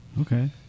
okay